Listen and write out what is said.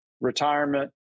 retirement